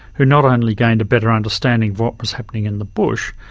who not only gained a better understanding of what was happening in the bush,